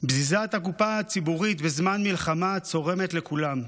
בזיזת הקופה הציבורית בזמן מלחמה צורמת לכולם.